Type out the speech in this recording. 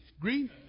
green